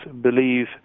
believe